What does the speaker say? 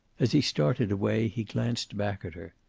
as he started away he glanced back at her.